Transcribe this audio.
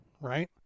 right